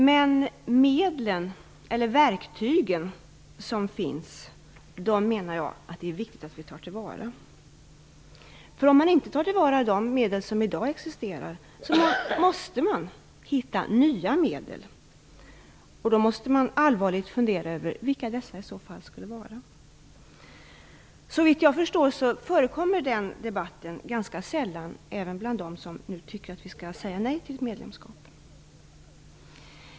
De medel eller verktyg som finns menar jag att det är viktigt att vi tar till vara. Om man inte tar till vara de medel som existerar i dag, måste man hitta nya medel. Då måste man allvarligt fundera över vilka dessa i så fall skulle vara. Såvitt jag förstår förekommer den debatten ganska sällan, även bland dem som tycker att vi skall säga nej till ett medlemskap.